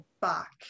back